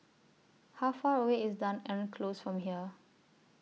How Far away IS Dunearn Close from here